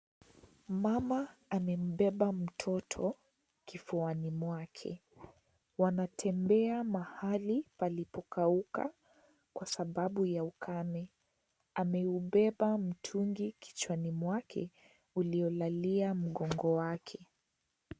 Mama amebeba mtoto kifuani mwake ,wanatembea mahali palipokauka Kwa sababu ya ukame. Amebeba mitungi kichwani mwake uliyo lalia mkongo wake.